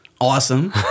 awesome